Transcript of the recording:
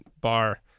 bar